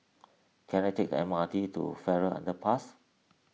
can I take the M R T to Farrer Underpass